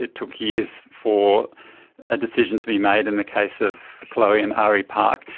it took years for a decision to be made in the case of chloe and ari park.